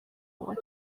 was